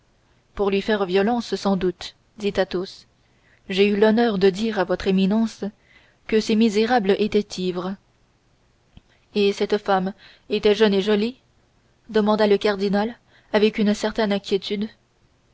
pour lui faire violence sans doute dit athos j'ai eu l'honneur de dire à votre éminence que ces misérables étaient ivres et cette femme était jeune et jolie demanda le cardinal avec une certaine inquiétude